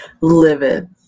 livid